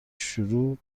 شروع